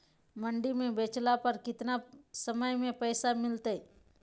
मंडी में बेचला पर कितना समय में पैसा मिलतैय?